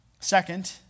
Second